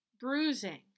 bruising